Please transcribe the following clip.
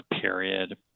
period